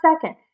second